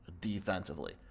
defensively